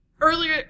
earlier